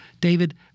David